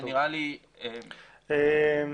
שלום.